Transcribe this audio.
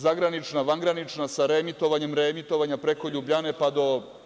Zagranična, vangranična sa reemitovanjem, reemitovanja preko Ljubljane, pa do.